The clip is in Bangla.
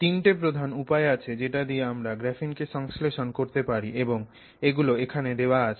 তিনটে প্রধান উপায় আছে যেটা দিয়ে আমরা গ্রাফিন কে সংশ্লেষণ করতে পারি এবং এগুলো এখানে দেওয়া আছে